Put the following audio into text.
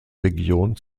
region